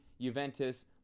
Juventus